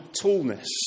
tallness